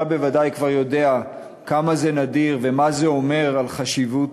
אתה בוודאי כבר יודע כמה זה נדיר ומה זה אומר על חשיבות